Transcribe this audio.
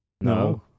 No